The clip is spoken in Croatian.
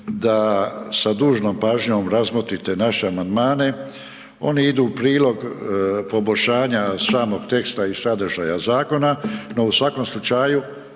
da sa dužnom pažnjom razmotrite naše amandmane, oni idu u prilog poboljšanja samog teksta i sadržaja zakona, no u svakom slučaju